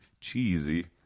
Cheesy